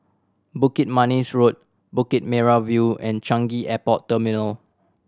Bukit Manis Road Bukit Merah View and Changi Airport Terminal